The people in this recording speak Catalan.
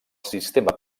sistema